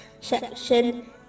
section